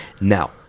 now